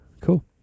Cool